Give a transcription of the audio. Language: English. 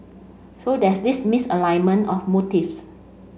so there's this misalignment of motives